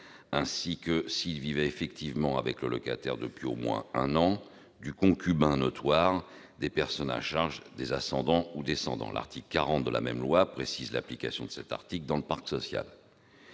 ainsi que, s'ils vivaient effectivement avec le locataire depuis au moins un an, du concubin notoire, des personnes à charge, des ascendants ou descendants. L'article 40 de la même loi précise les modalités d'application de cet article dans le parc social.